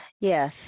Yes